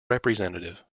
representative